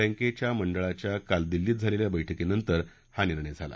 बँकेच्या मंडळाच्या काल दिल्लीत झालेल्या बैठकीनंतर हा निर्णय झाला